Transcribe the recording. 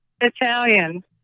Italian